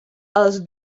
els